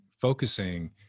focusing